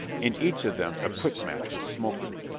in each of them a quick-match was smoking.